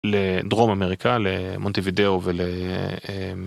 לדרום אמריקה, למונטיבדיאו ול...